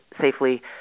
safely